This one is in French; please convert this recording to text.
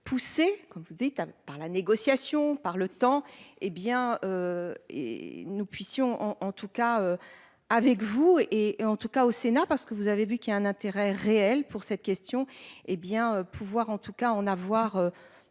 pousser comme vous dites, par la négociation par le temps et bien. Et nous puissions en en tout cas. Avec vous et et en tout cas au Sénat parce que vous avez vu qu'il y a un intérêt réel pour cette question. Hé bien pouvoir en tout cas en avoir.